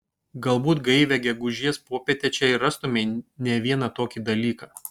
galbūt gaivią gegužės popietę čia ir rastumei ne vieną tokį dalyką